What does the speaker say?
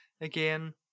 again